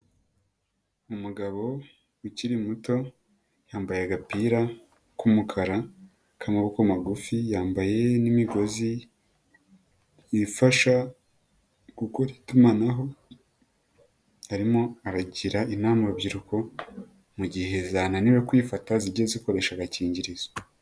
Umugabo ukiri muto yambaye agapira k'umukara k'amaboko magufi ,yambaye n'imigozi ifasha gukora itumanaho harimo aragira inama urubyiruko, mu gihe zananiwe kwifata zijye zikoresha agakingirizo.